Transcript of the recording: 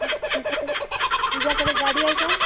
तुझ्याकडे तुझ्याकडे गाडी आहे का